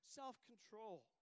self-control